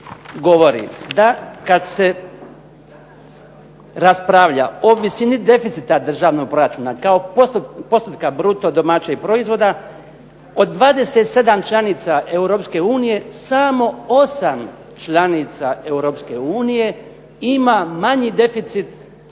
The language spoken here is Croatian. govori da kada se "raspravlja o visini deficita državnog proračuna kao postotka bruto domaćeg proizvoda od 27 članica EU samo 8 članica EU ima manji deficit državnog